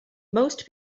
most